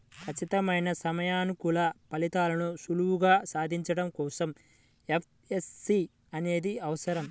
ఖచ్చితమైన సమయానుకూల ఫలితాలను సులువుగా సాధించడం కోసం ఎఫ్ఏఎస్బి అనేది అవసరం